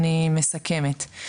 אני מסכמת.